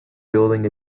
building